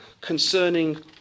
concerning